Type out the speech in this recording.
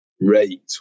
rate